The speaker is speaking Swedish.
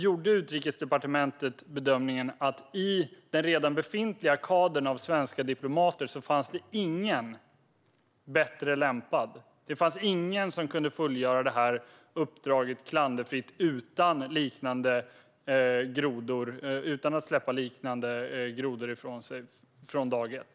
Gjorde Utrikesdepartementet bedömningen att det i den befintliga kadern av svenska diplomater inte fanns någon som var bättre lämpad och som kunde fullgöra detta uppdrag klanderfritt, utan att släppa liknande grodor ifrån sig, från dag ett?